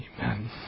Amen